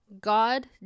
God